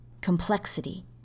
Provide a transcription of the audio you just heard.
complexity